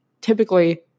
typically